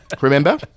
Remember